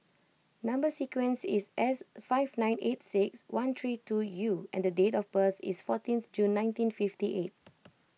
Number Sequence is S five nine eight six one three two U and the date of birth is fourteenth June nineteen fifty eight